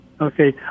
Okay